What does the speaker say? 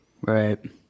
right